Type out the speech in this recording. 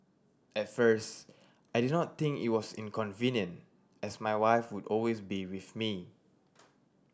at first I did not think it was inconvenient as my wife would always be with me